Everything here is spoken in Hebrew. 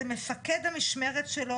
זה מפקד המשמרת שלו,